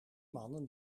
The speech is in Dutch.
mannen